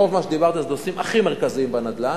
רוב מה שדיברתי היו הנושאים הכי מרכזיים בנדל"ן,